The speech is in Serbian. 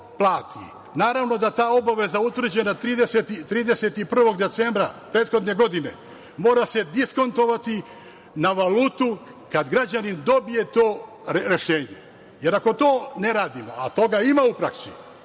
Naravno da ta obaveza utvrđena 31. decembra prethodne godine mora se diskontovati na valutu kada građanin dobije to rešenje. Ako to ne radimo, a toga ima u praksi,